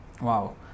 wow